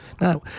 Now